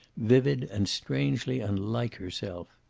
vivid and strangely unlike herself.